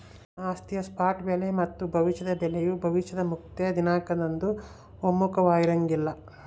ಆಸ್ತಿಯ ಸ್ಪಾಟ್ ಬೆಲೆ ಮತ್ತು ಭವಿಷ್ಯದ ಬೆಲೆಯು ಭವಿಷ್ಯದ ಮುಕ್ತಾಯ ದಿನಾಂಕದಂದು ಒಮ್ಮುಖವಾಗಿರಂಗಿಲ್ಲ